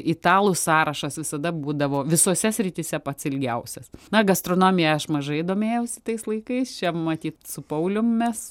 italų sąrašas visada būdavo visose srityse pats ilgiausias na gastronomija aš mažai domėjausi tais laikais čia matyt su pauliumi mes